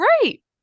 great